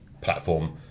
platform